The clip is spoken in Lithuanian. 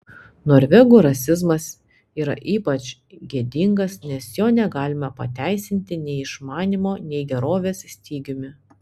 norvegų rasizmas yra ypač gėdingas nes jo negalima pateisinti nei išmanymo nei gerovės stygiumi